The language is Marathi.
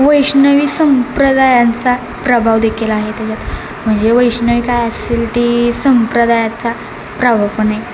वैष्णव संप्रदायांचा प्रभाव देखील आहे त्याच्यात म्हणजे वैष्णव काय असेल ती संप्रदायाचा प्रभाव पण आहे